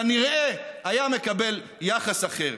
כנראה היה מקבל יחס אחר.